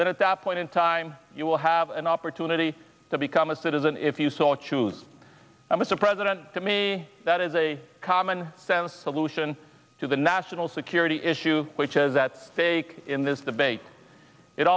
that at that point in time you will have an opportunity to become a citizen if you so much choose mr president to me that is a common sense solution to the national security issue which is that stake in this debate it